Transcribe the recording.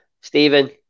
Stephen